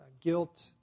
guilt